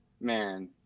man